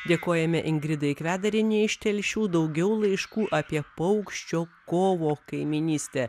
dėkojame ingridai kvedarienei iš telšių daugiau laiškų apie paukščio kovo kaimynystę